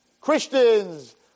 Christians